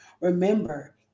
Remember